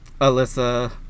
Alyssa